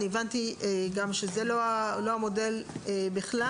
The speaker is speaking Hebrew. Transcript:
אני הבנתי שזה בכלל לא המודל שמוצע.